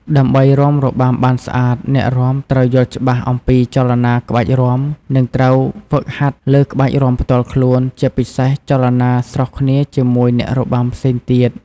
ដើម្បីរាំរបាំបានស្អាត អ្នករាំត្រូវយល់ច្បាស់អំពីចលនាក្បាច់រាំ និង ត្រូវហ្វឹកហាត់លើក្បាច់រាំផ្ទាល់ខ្លួន ជាពិសេសចលនាស្រុះគ្នាជាមួយអ្នករបាំផ្សេងទៀត។